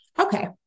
Okay